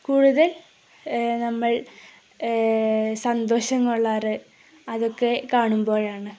കൂടുതൽ നമ്മൾ സന്തോഷമുള്ളതുകൊണ്ട് അതൊക്കെ കാണുമ്പോഴാണ്